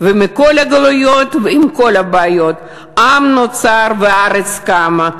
"ומכל הגלויות ועם כל הבעיות עם נוצר וארץ קמה".